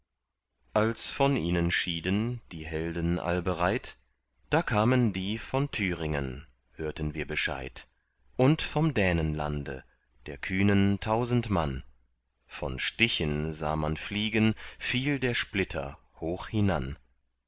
als von ihnen schieden die helden allbereit da kamen die von thüringen hörten wir bescheid und vom dänenlande der kühnen tausend mann von stichen sah man fliegen viel der splitter